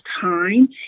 time